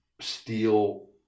steel